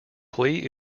plea